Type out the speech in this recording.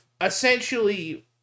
essentially